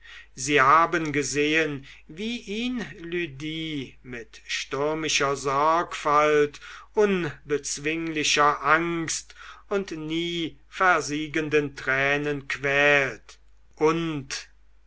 sie haben gesehen wie ihn lydie mit stürmischer sorgfalt unbezwinglicher angst und nie versiegenden tränen quält und